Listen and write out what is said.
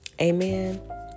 Amen